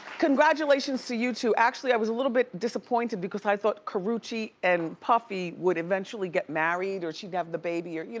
congratulations to you two. actually, i was a little bit disappointed because i thought karrueche and puffy would eventually get married or she'd have the baby, or you